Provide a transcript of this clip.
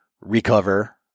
recover